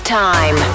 time